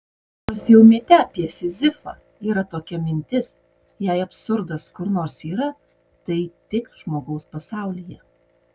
nors jau mite apie sizifą yra tokia mintis jei absurdas kur nors yra tai tik žmogaus pasaulyje